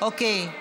ועדת הפנים, אוקיי.